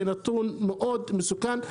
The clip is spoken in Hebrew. זה נתון מאוד מסוכן.